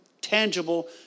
tangible